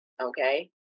okay